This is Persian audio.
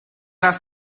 است